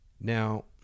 Now